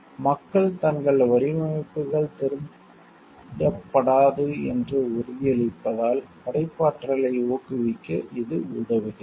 மக்கள் தங்கள் வடிவமைப்புகள் திருடப்படாது என்று உறுதியளிப்பதால் படைப்பாற்றலை ஊக்குவிக்க இது உதவுகிறது